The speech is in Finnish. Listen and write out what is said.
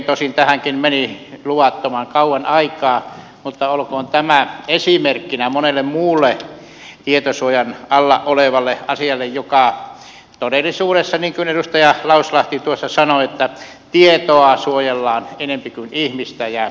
tosin tähänkin meni luvattoman kauan aikaa mutta olkoon tämä esimerkkinä monelle muulle tietosuojan alla olevalle asialle jossa todellisuudessa niin kuin edustaja lauslahti tuossa sanoi tietoa suojellaan enempi kuin ihmistä